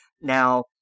Now